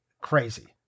Crazy